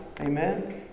Amen